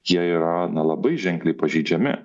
jie yra na labai ženkliai pažeidžiami